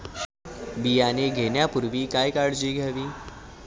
बियाणे घेण्यापूर्वी काय काळजी घ्यावी?